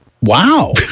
Wow